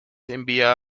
envía